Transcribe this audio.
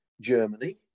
Germany